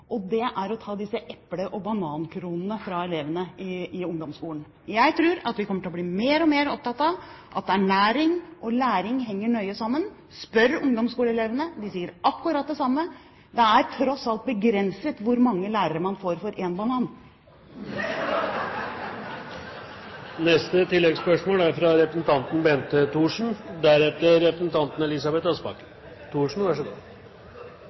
Det er å ta disse eple- og banankronene fra elevene i ungdomsskolen. Jeg tror at vi kommer til å bli mer og mer opptatt av at ernæring og læring henger nøye sammen. Spør ungdomsskoleelevene – de sier akkurat det samme. Det er tross alt begrenset hvor mange lærere man får for én banan!